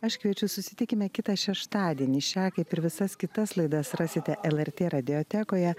aš kviečiu susitikime kitą šeštadienį šią kaip ir visas kitas laidas rasite lrt radiotekoje